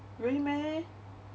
really meh